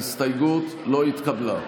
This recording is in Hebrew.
ההסתייגות לא התקבלה.